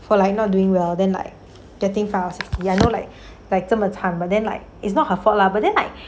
for like not doing well then like getting pass ya no like like 这么惨了 but then like it's not her fault lah but then like